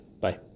bye